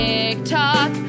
TikTok